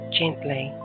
gently